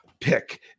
pick